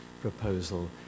proposal